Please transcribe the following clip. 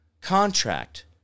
contract